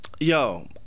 Yo